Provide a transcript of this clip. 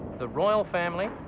the royal family,